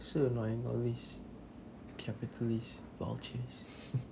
so annoying all these capitalist vultures